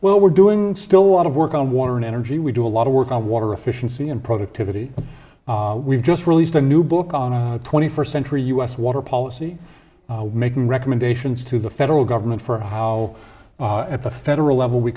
well we're doing still a lot of work on water and energy we do a lot of work on water efficiency and productivity and we've just released a new book on a twenty first century u s water policy making recommendations to the federal government for how at the federal level we